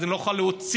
אז לא נוכל להוציא.